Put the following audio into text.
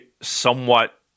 somewhat